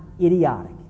idiotic